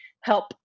help